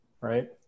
right